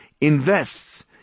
invests